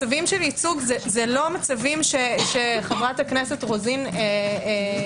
מצבים של ייצוג זה לא מצבים שחברת הכנסת רוזין תיארה.